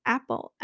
Apple